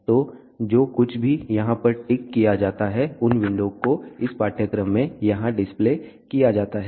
तो जो कुछ भी यहाँ पर टिक किया जाता है उन विंडो को इस पाठ्यक्रम में यहाँ डिस्प्ले किया जाता है